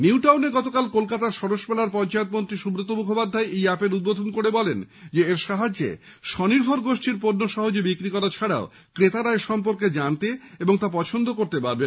নিউটাউনে গতকাল কলকাতা সরস মেলায় পঞ্চায়েত মন্ত্রী সুব্রত মুখোপাধ্যায় এই অ্যাপের উদ্বোধন করে বলেন এর সাহায্যে স্বনির্ভর গোষ্ঠীর পণ্য সহজে বিক্রি করা ছাড়াও ক্রেতারা এসম্পর্কে জানতে ও পছন্দ করতে পারবেন